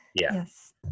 Yes